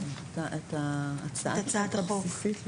המטה וההמלצות הוצגו במועצה הלאומית לספורט.